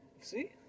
See